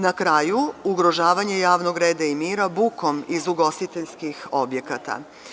Na kraju, ugrožavanje javnog reda i mira bukom iz ugostiteljskih objekata.